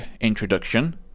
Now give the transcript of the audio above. introduction